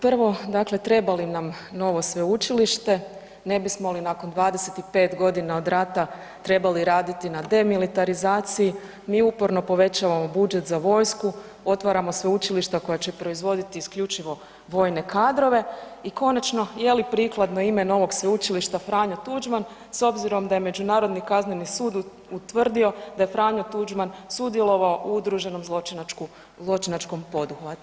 Prvo, dakle treba li nam novo sveučilište, ne bismo li nakon 25 godina od rata trebali raditi na demilitarizaciji mi uporno povećavamo budžet za vojsku, otvaramo sveučilišta koja će proizvodit isključivo vojne kadrove i konačno je li prikladno ime novog sveučilišta Franjo Tuđman s obzirom da je Međunarodni kazneni sud utvrdio da je Franjo Tuđman sudjelovao u udruženom zločinačkom poduhvatu.